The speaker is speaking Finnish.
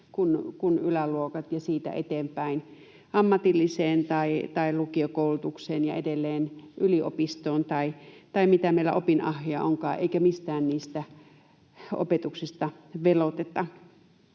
kuin yläluokatkin, ja siitä eteenpäin ammatilliseen tai lukiokoulutukseen ja edelleen yliopistoon, tai mitä opinahjoja meillä onkaan, eikä mistään niistä opetuksista veloiteta.